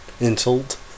Insult